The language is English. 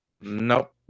nope